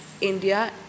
India